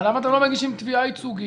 אם הם מביאים אישור,